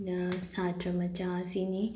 ꯁꯥꯇ꯭ꯔ ꯃꯆꯥ ꯑꯁꯤꯅꯤ